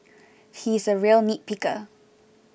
he is a real nitpicker